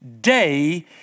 day